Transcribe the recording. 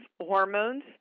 hormones